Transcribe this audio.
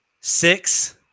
six